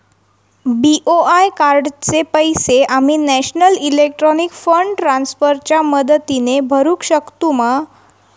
BOI कार्डाचे पैसे आम्ही नेशनल इलेक्ट्रॉनिक फंड ट्रान्स्फर च्या मदतीने भरुक शकतू मा?